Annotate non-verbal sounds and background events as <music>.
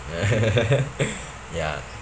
<laughs> ya